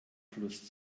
fluss